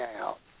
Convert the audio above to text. out